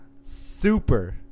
Super